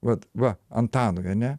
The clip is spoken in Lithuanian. vat va antanui ar ne